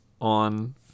on